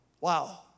Wow